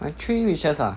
my three wishes ah